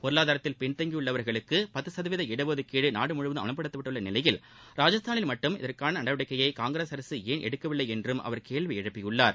பொருளாதாரத்தில் பின்தங்கியுள்ளவர்களுக்கு பத்து சதவீத இடஒதுக்கீடு நாடு முழுவதும் அமவ்படுத்தியுள்ள நிலையில் ராஜஸ்தானில் மட்டும் இதற்கான நடவடிக்கையை காங்கிரஸ் அரசு ஏன் எடுக்கவில்லை என்றும் அவர் கேள்வி எழுப்பியுள்ளார்